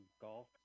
golf